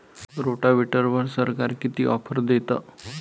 रोटावेटरवर सरकार किती ऑफर देतं?